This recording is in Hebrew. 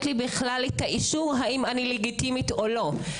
לי את האישור האם אני לגיטימית או לא.